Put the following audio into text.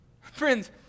Friends